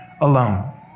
alone